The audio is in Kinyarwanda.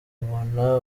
ubona